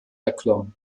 erklomm